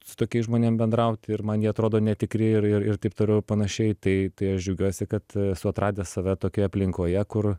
su tokiais žmonėm bendrauti ir man jie atrodo netikri ir ir ir taip toliau ir panašiai tai tai aš džiaugiuosi kad esu atradęs save tokioje aplinkoje kur